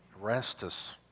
Restus